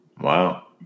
Wow